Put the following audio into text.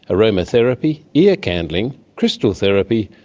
aromatherapy, ear candling, crystal therapy,